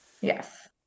Yes